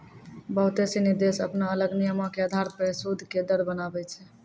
बहुते सिनी देश अपनो अलग नियमो के अधार पे सूद के दर बनाबै छै